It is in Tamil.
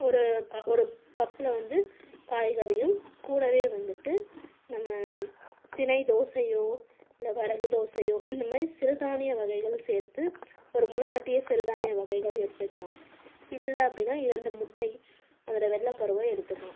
ஒரு ஒரு கப்பில் வந்து காய்கறியும் கூடவே வந்துட்டு நம்ம திணை தோசையோ இல்லை வரகு தோசையோ இந்தமாதிரி சிறுதானிய வகைகள் சேர்த்து ஒரு முளைக்கட்டிய சிறுதானிய வகைகள் எடுத்துக்கலாம் இல்லை அப்படீன்னா இரண்டு முட்டை அதோட வெள்ளைக் கருவை எடுத்துக்கலாம்